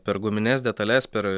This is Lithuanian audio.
per gumines detales per